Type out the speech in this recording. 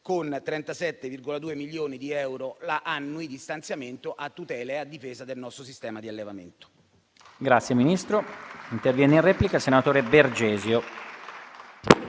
con 37,2 milioni di euro annui di stanziamento a tutela e a difesa del nostro sistema di allevamento.